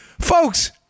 Folks